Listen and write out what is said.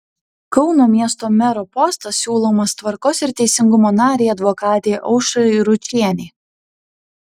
kauno miesto mero postas siūlomas tvarkos ir teisingumo narei advokatei aušrai ručienei